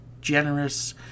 generous